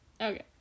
Okay